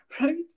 right